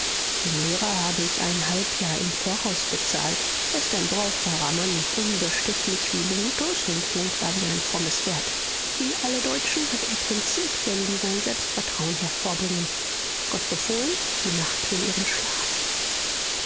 dem lehrer habe ich ein halbjahr im voraus bezahlt er ist ein brauchbarer mann unbestechlich wie brutus und lenkbar wie ein frommes pferd wie alle deutschen hat er prinzipien die sein selbstvertrauen hervorbringen gott befohlen die nacht will ihren schlaf